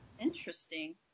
Interesting